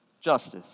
justice